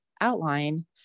outline